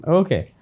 okay